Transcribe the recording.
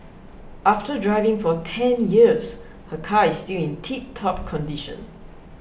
after driving for ten years her car is still in tiptop condition